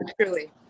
truly